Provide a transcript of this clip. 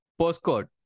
Postcode